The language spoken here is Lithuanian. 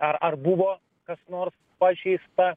ar ar buvo kas nors pažeista